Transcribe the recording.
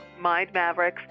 Mindmavericks